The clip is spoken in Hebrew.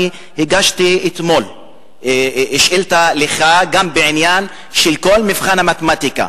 אני הגשתי אתמול שאילתא אליך גם בעניין של כל המבחן במתמטיקה,